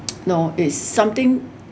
know it's something